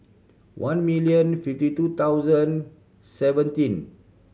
one million fifty two thousand seventeen